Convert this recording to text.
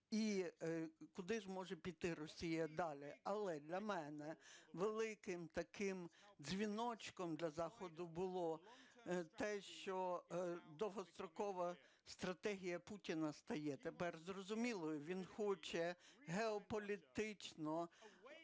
Але для мене великим таким дзвіночком, для Заходу, було те, що довгострокова стратегія Путіна стає тепер зрозумілою. Він хоче геополітично